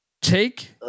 take